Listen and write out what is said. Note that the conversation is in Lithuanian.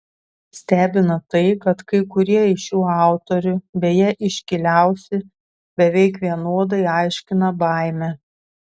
stebina tai kad kai kurie iš šių autorių beje iškiliausi beveik vienodai aiškina baimę